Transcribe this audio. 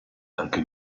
anche